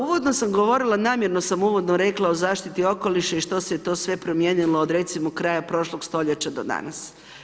Uvodno sam govorila, namjerno sam uvodno rekla o zaštiti okoliša i što se je to sve promijenilo od recimo kraja prošlog st. do danas.